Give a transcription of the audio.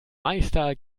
meister